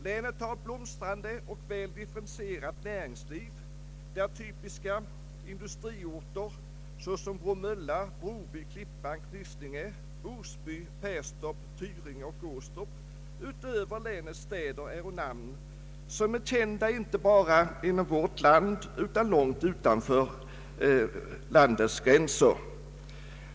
Länet har ett blomstrande och väl differentierat näringsliv, där typiska industriorter såsom Bromölla, Broby, Klippan, Knislinge, Osby, Perstorp, Tyringe och Åstorp utöver länets städer är namn som är kända inte bara inom vårt eget land utan långt utanför landets gränser.